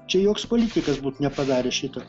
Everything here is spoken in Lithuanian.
čia joks politikas būt nepadaręs šito